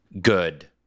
good